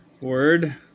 Word